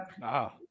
Wow